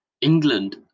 England